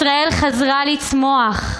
ישראל חזרה לצמוח.